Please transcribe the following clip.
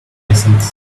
license